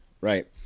right